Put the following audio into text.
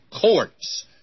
courts